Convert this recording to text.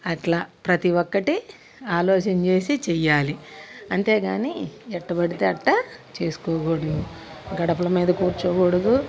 అట్లా ప్రతి ఒక్కటి ఆలోచన చేసి చేయాలి అంతేకానీ ఎట్టబడితే అట్టా చేసుకోకూడదు గడపల మీద కూర్చోకూడదు